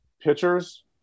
Pitchers